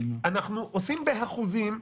אנחנו עושים באחוזים,